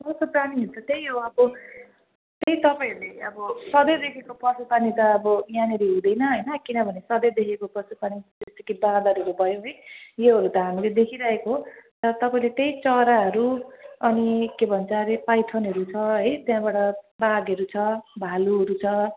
पशुप्राणीहरू त त्यही हो अब त्यही तपाईँहरूले अब सधैँ देखेको पशुप्राणी त अब यहाँनेरि हुँदैन होइन किनभने सधैँ देखेको पशुप्राणी जस्तो कि बाँदरहरू भयो है योहरू त हामीले देखिरहेको हो तर तपाईँले त्यही चराहरू अनि के भन्छ अरे पाइथनहरू छ है त्यहाँबड बाघहरू छ भालुहरू छ